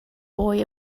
boy